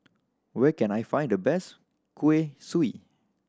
where can I find the best kueh kosui